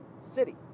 city